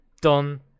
done